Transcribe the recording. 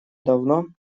давно